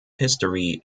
history